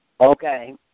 Okay